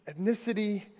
ethnicity